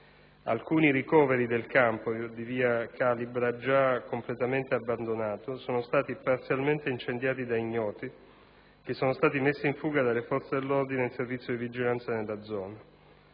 Alcuni ricoveri del campo di via Calibra, già completamente abbandonato, sono stati parzialmente incendiati da ignoti, che sono stati messi in fuga dalle forze dell'ordine in servizio di vigilanza nella zona.